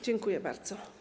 Dziękuję bardzo.